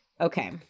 Okay